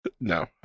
No